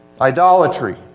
Idolatry